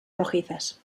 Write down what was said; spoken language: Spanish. rojizas